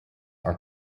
are